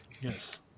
Yes